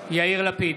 יאיר לפיד,